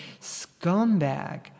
scumbag